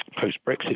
post-Brexit